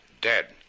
dead